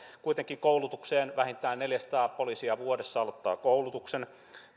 kuitenkin koulutukseen lisätään vähintään neljäsataa poliisia vuodessa aloittaa koulutuksen